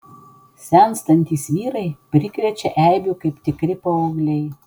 senstantys vyrai prikrečia eibių kaip tikri paaugliai